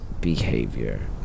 behavior